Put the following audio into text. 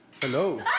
Hello